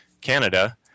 Canada